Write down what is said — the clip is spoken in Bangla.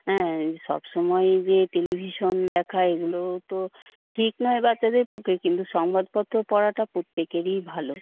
হ্যাঁ সবসময়ই যে টেলিভিশন দেখা এইগুলো তো ঠিক নয় বাচ্চাদের পক্ষে কিন্তু সংবাদপত্র পড়াটা প্রত্যেকেরই ভালো